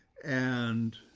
and